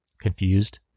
Confused